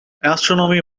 astronomy